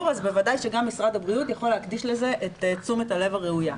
אז בוודאי שגם משרד הבריאות יכול להקדיש לזה את תשומת הלב הראוייה.